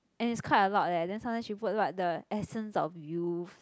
and it's quite a lot eh then sometimes she put what the essence of youth